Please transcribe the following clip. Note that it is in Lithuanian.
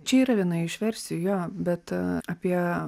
čia yra viena išversijų jo bet apie